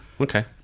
okay